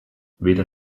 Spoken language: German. weder